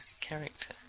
character